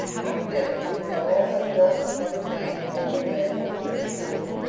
after dinner they all had a walk through lover's lane and violet vale and the birch path,